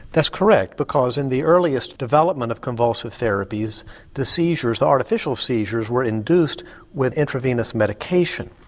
that's correct because in the earliest development of convulsive therapies the seizures, the artificial seizures, were induced with intravenous medication.